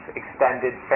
extended